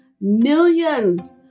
millions